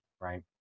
right